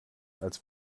als